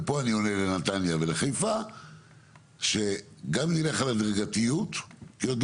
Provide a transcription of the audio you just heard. ופה אני עונה לנתניה ולחיפה שגם נלך על הדרגתיות כי עוד